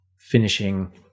finishing